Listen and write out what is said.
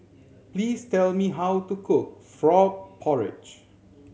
please tell me how to cook frog porridge